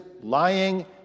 lying